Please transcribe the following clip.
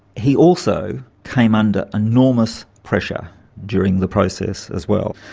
he also came under enormous pressure during the process as well,